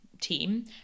team